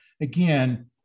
again